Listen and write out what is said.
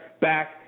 back